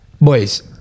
Boys